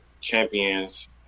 champions